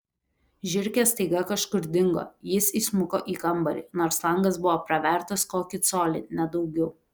žiurkės staiga kažkur dingo jis įsmuko į kambarį nors langas buvo pravertas kokį colį ne daugiau